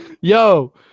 yo